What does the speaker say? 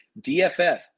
DFF